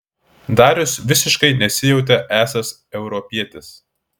darius visiškai nesijautė esąs europietis